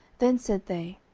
then said they,